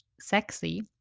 sexy